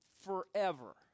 forever